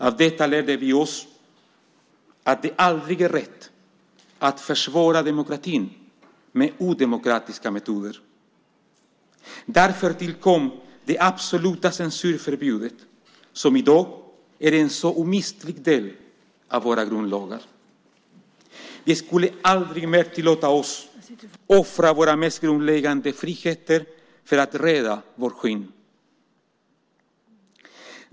Av detta lärde vi oss att det aldrig är rätt att försvara demokratin med odemokratiska metoder. Därför tillkom det absoluta censurförbudet som i dag är en så omistlig del av våra grundlagar. Vi skulle aldrig mer tillåta oss att offra våra mest grundläggande friheter för att rädda vårt skinn.